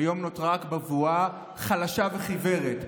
היום נותרה רק בבואה חלשה וחיוורת.